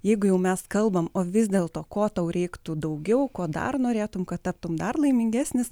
jeigu jau mes kalbam o vis dėlto ko tau reiktų daugiau ko dar norėtum kad taptum dar laimingesnis